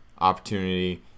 opportunity